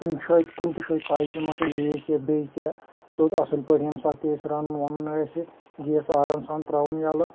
کُنہِ چھُ اَتہِ کُنۍ تہِ چھُ اَتہِ پایپہِ مَہ چھِ لیٖک یا بیٚیہِ کیٚنٛہہ سیوٚد اَصٕل پٲٹھۍ ییٚمۍ ساتہٕ تہِ اَسہِ رَنُن وَنُن ٲسہِ گیس آرام سان ترٛاوُن یَلہٕ